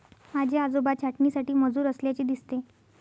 माझे आजोबा छाटणीसाठी मजूर असल्याचे दिसते